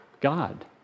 God